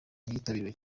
yitabiriwe